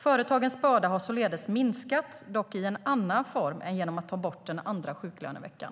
Företagens börda har således minskat, dock i en annan form än genom borttagning av den andra sjuklöneveckan.